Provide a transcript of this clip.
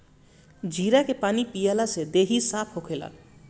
जीरा के पानी पियला से देहि साफ़ होखेला